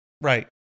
Right